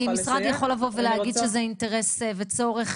כי משרד יכול לבוא ולהגיד שזה אינטרס וצורך,